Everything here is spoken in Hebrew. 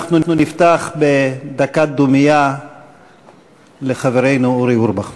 אנחנו נפתח בדקת דומייה לזכרו של חברנו אורי אורבך.